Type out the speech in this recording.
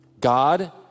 God